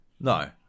No